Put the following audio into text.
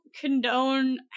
condone